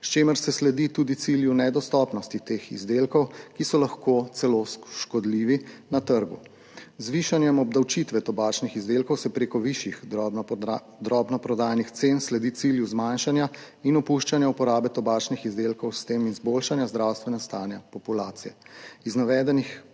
s čimer se sledi tudi cilju nedostopnosti teh izdelkov, ki so lahko celo škodljivi na trgu. Z višanjem obdavčitve tobačnih izdelkov se preko višjih drobnoprodajnih cen sledi cilju zmanjšanja in opuščanja uporabe tobačnih izdelkov in s tem izboljšanja zdravstvenega stanja populacije.